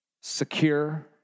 secure